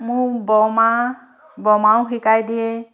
মোৰ বৰমা বৰমাও শিকাই দিয়ে